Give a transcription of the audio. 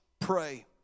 pray